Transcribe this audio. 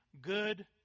good